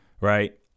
Right